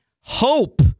hope